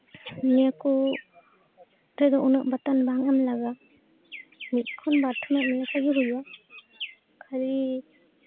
ᱱᱤᱭᱟᱹᱠᱚ ᱱᱚᱛᱮ ᱫᱚ ᱩᱱᱟᱹᱜ ᱵᱟᱛᱟᱱ ᱵᱟᱝ ᱮᱢ ᱞᱟᱜᱟᱜᱼᱟ ᱢᱤᱫ ᱫᱚᱢ ᱵᱟᱨ ᱫᱚᱢ ᱮᱢ ᱞᱮᱠᱷᱟᱡ ᱜᱮ ᱦᱩᱭᱩᱜᱼᱟ ᱠᱷᱟᱹᱞᱤ